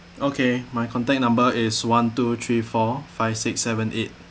okay my contact number is one two three four five six seven eight